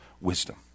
wisdom